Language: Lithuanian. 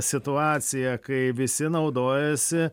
situacija kai visi naudojasi